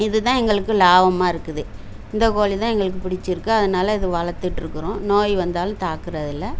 இதுதான் எங்களுக்கு லாபமாக இருக்குது இந்த கோழிதான் எங்களுக்கு டிச்சிருக்கு அதனால இது வளர்த்துட்ருக்குறோம் நோய் வந்தாலும் தாக்கிறதில்ல